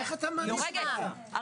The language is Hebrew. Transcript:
אל תפריע לה.